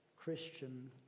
Christian